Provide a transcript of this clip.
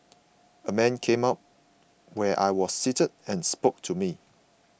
a man came up where I was seated and spoke to me